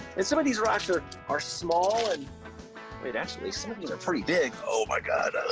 and some of these rocks are are small and wait, actually some of these are pretty big. oh my god,